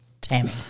Tammy